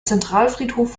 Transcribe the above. zentralfriedhof